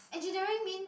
engineering means